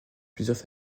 plusieurs